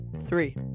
three